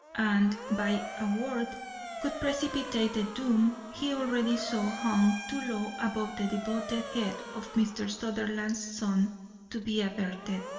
and by a word could precipitate the doom he already saw hung too low above the devoted head of mr. sutherland's son to be averted.